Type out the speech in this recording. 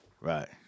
Right